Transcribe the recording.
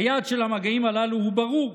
היעד של המגעים הללו ברור,